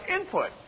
input